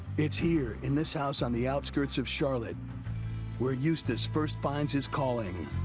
it's here in this house on the outskirts of charlotte where eustace first finds his calling.